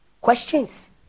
questions